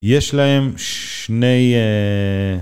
יש להם שני...